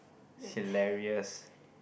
hilarious